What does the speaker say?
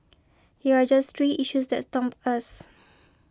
here are just three issues that stump us